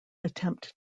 attempt